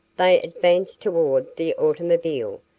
they advanced toward the automobile,